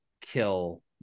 kill